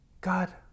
God